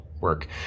work